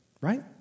right